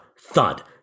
thud